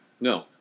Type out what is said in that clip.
No